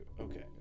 Okay